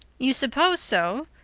you suppose so!